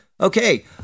Okay